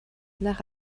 nach